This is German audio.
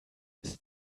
ist